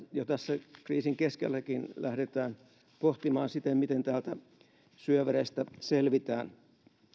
jo tässä kriisin keskelläkin lähdetään pohtimaan sitä miten täältä syövereistä selvitään